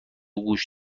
گوش